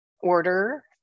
order